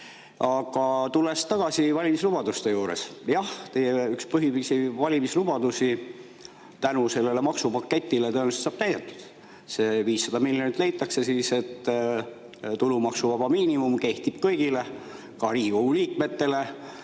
tulles tagasi valimislubaduste juurde: jah, teie üks põhilisi valimislubadusi tänu sellele maksupaketile tõenäoliselt saab täidetud. See 500 miljonit leitakse, et tulumaksuvaba miinimum kehtib kõigile, ka Riigikogu liikmetele,